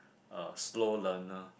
a slow learner